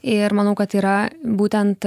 ir manau kad yra būtent